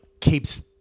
keeps